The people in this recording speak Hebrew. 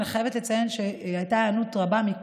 אני חייבת לציין שהייתה היענות רבה של